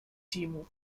timo